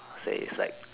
say it's like